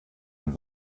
den